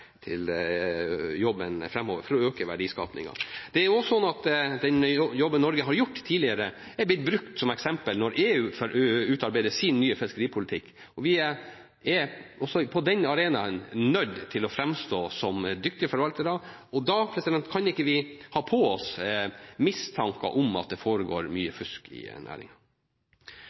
til jobben framover for å øke verdiskapingen. Det er jo også sånn at den jobben Norge har gjort tidligere, er blitt brukt som eksempel når EU får utarbeide sin nye fiskeripolitikk. Vi er også på den arenaen nødt til å framstå som dyktige forvaltere, og da kan vi ikke ha på oss mistanke om at det foregår mye fusk i